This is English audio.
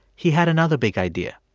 he had another big idea.